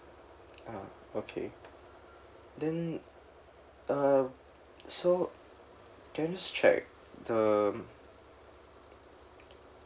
ah okay then uh so can I just check the um